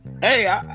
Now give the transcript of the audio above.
Hey